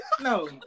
No